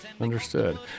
Understood